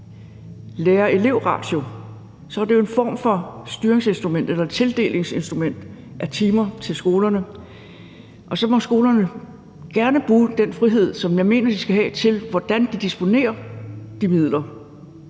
lærer-elev-ratio, var det jo en form for styringsinstrument eller tildelingsinstrument af timer til skolerne. Kl. 15:35 Så skolerne må gerne bruge den frihed, som jeg mener de skal have til hvordan de disponerer de midler.